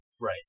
Right